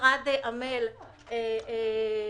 המשרד עמל לגבש